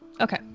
Okay